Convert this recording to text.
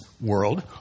world